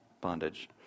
bondage